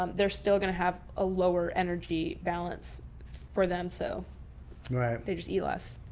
um they're still going to have a lower energy balance for them. so they just eat less.